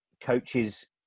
coaches